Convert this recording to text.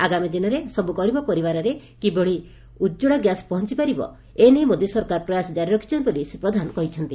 ଆଗାମୀ ଦିନରେ ସବୁ ଗରିବ ପରିବାରରେ କିପରି ଉଜଳା ଗ୍ୟାସ ପହଁଚିପାରିବ ଏନେଇ ମୋଦି ସରକାର ପ୍ରୟାସ ଜାରି ରଖିଛନ୍ତି ବୋଲି ଶ୍ରୀ ପ୍ରଧାନ କହିଛନ୍ତି